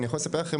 אני יכול לספר לכם,